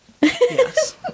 yes